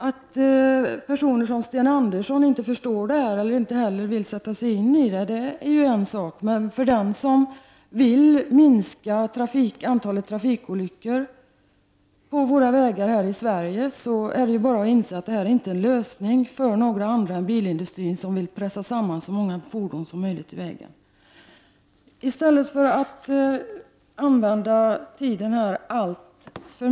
Att en person som Sten Andersson i Malmö inte förstår detta eller inte vill sätta sig in i saken är en sak. De som vill minska antalet trafikolyckor på våra vägar i Sverige inser dock att dessa program inte är en lösning för andra än bilindustrin, som vill pressa samman så många fordon som möjligt på vägarna.